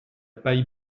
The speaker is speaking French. paille